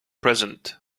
present